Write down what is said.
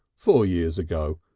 four years ago.